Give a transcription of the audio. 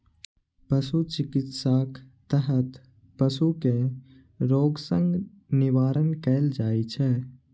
पशु चिकित्साक तहत पशु कें रोग सं निवारण कैल जाइ छै